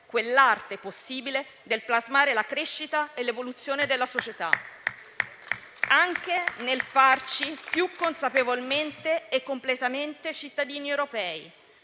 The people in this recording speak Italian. quell'arte possibile del plasmare la crescita e l'evoluzione della società, anche nel farci più consapevolmente e completamente cittadini europei;